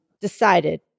decided